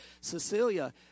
Cecilia